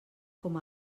com